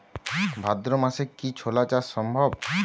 ভাদ্র মাসে কি ছোলা চাষ সম্ভব?